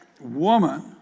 woman